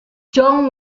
jong